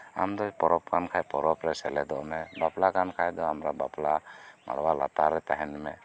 ᱟᱢ ᱫᱚ ᱯᱚᱨᱚᱵᱽ ᱠᱟᱱ ᱠᱷᱟᱡ ᱯᱚᱨᱚᱵᱽ ᱨᱮ ᱥᱮᱞᱮᱫᱚᱜ ᱢᱮ ᱵᱟᱯᱞᱟ ᱠᱟᱱ ᱠᱷᱟᱡ ᱫᱚ ᱢᱟᱰᱣᱟ ᱞᱟᱛᱟᱨ ᱨᱮ ᱛᱟᱦᱮᱱ ᱢᱮ